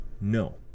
No